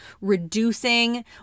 reducing